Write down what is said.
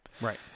Right